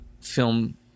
film